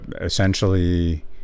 essentially